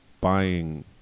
buying